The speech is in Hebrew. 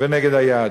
ונגד היהדות.